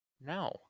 No